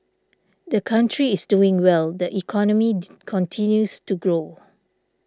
the country is doing well the economy continues to grow